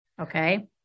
Okay